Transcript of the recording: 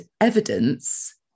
evidence